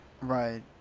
Right